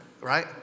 right